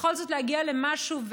בכל זאת להגיע למשהו.